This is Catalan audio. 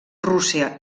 rússia